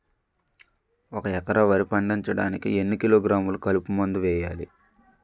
ఒక ఎకర వరి పండించటానికి ఎన్ని కిలోగ్రాములు కలుపు మందు వేయాలి?